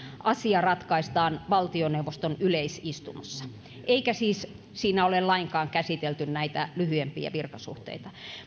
asia ratkaistaan valtioneuvoston yleisistunnossa eikä siinä siis ole lainkaan käsitelty näitä lyhyempiä virkasuhteita